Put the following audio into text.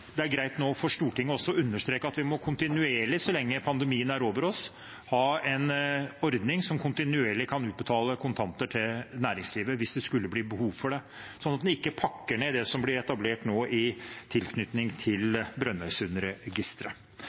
det er greit for Stortinget også nå å understreke at vi kontinuerlig – så lenge pandemien er over oss – har en ordning som kontinuerlig kan utbetale kontanter til næringslivet, hvis det skulle bli behov for det, slik at en ikke pakker ned det som blir etablert nå i tilknytning til